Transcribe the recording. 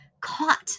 caught